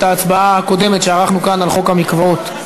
את ההצבעה הקודמת שערכנו כאן על חוק המקוואות.